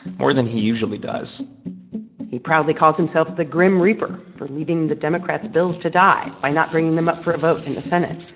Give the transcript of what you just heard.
more than he usually does he proudly calls himself the grim reaper for leaving the democrats' bills to die by not bringing them up for a vote in the senate.